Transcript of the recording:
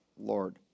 Lord